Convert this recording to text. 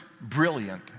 brilliant